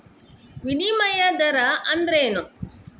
ವಿನಿಮಯ ದರ ಅಂದ್ರೇನು?